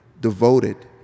devoted